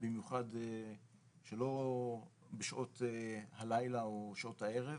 במיוחד שלא בשעות הלילה או שעות הערב.